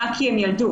רק כי הן ילדו.